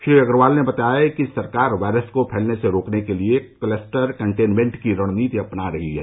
श्री अग्रवाल ने बताया कि सरकार वायरस को फैलने से रोकने के लिए क्लस्टर कंटेनमेंट की रणनीति अपना रही है